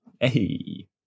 Hey